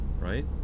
right